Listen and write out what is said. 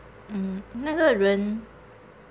mm 那个人